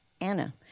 Anna